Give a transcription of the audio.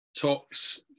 talks